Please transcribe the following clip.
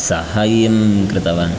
साहाय्यं कृतवान्